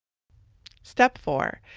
step four,